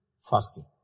fasting